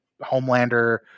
homelander